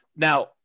Now